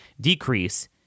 decrease